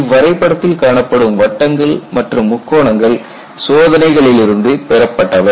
இவ்வரைபடத்தில் காணப்படும் வட்டங்கள் மற்றும் முக்கோணங்கள் சோதனைகளிலிருந்து பெறப்பட்டவை